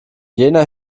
jener